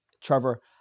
Trevor